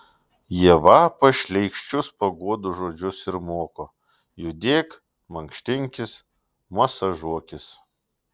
jie vapa šleikščius paguodos žodžius ir moko judėk mankštinkis masažuokis